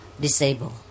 disabled